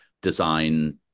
design